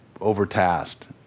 overtasked